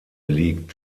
liegt